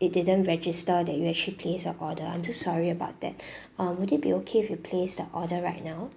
it didn't register that you actually place an order I'm so sorry about that um would it be okay if you place the order right now